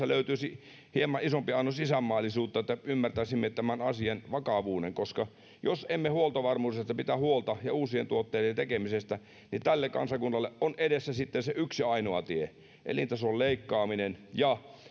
löytyisi hieman isompi annos isänmaallisuutta että ymmärtäisimme tämän asian vakavuuden koska jos emme huoltovarmuudesta pidä huolta ja uusien tuotteiden tekemisestä niin tällä kansakunnalla on edessään sitten se yksi ainoa tie elintason leikkaaminen ja